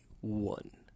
one